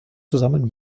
zusammen